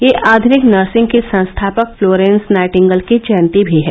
यह आधुनिक नर्सिंग की संस्थापक फ्लोरेंस नाइटिंगल की जयंती भी है